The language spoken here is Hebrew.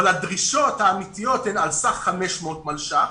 הדרישות האמיתיות הן על סך 500 מיליון שקלים,